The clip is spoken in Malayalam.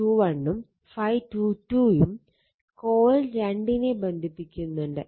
∅21ഉം ∅22ഉം കോയിൽ 2 നെ ബന്ധിപ്പിക്കുന്നുണ്ട്